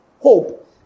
hope